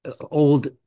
old